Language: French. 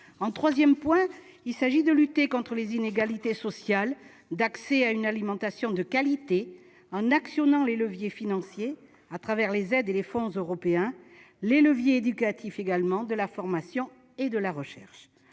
Troisièmement, il s'agit de lutter contre les inégalités sociales d'accès à une alimentation de qualité, en actionnant les leviers financiers, à travers les aides et les fonds européens, les leviers éducatifs, et ceux de la formation et de la recherche.